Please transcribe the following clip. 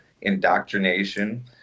indoctrination